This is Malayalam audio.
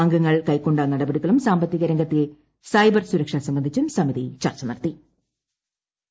അംഗങ്ങൾ കൈക്കൊണ്ട നടപടികളും സാമ്പൃത്തിക രംഗത്തെ സൈബർ സുരക്ഷ സംബന്ധിച്ചും സമിതി ചർച്ച നടത്തിച്ചു